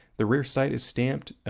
the rear sight is stamped, and